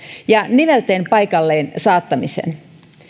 ja nivelten paikalleen saattamiseen